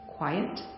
Quiet